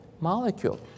molecule